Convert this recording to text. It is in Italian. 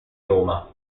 roma